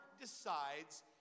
decides